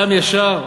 אדם ישר,